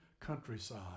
countryside